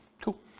Cool